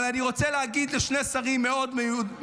אבל אני רוצה להגיד על שני שרים מאוד מאוד מיוחדים,